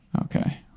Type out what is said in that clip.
Okay